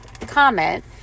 comment